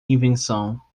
invenção